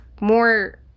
more